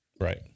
right